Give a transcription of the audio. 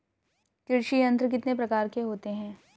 कृषि यंत्र कितने प्रकार के होते हैं?